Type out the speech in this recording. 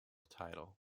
title